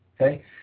okay